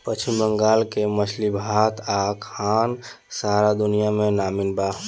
पश्चिम बंगाल के मछली भात आ खाना सारा दुनिया में नामी बा